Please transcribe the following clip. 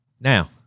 Now